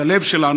את הלב שלנו,